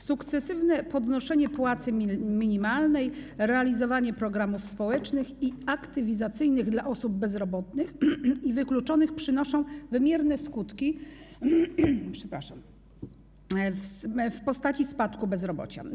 Sukcesywne podnoszenie płacy minimalnej, realizowanie programów społecznych i aktywizacyjnych dla osób bezrobotnych i wykluczonych przynoszą wymierne skutki w postaci spadku bezrobocia.